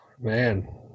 man